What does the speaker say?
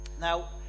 now